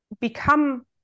become